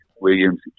Williams